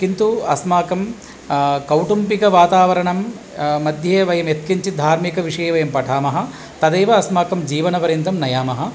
किन्तु अस्माकं कौटुम्बिकवातावरणं मध्ये वयं यत् किञ्चित् धार्मिकविषये वयं पठामः तदेव अस्माकं जीवनपर्यन्तं नयामः